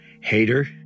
Hater